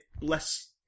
less